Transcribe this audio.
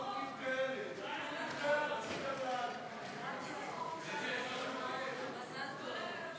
חוק שוויון זכויות לאנשים עם מוגבלות (תיקון מס' 15),